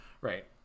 right